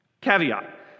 Caveat